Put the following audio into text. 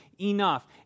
enough